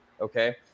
Okay